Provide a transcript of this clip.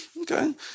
Okay